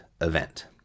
event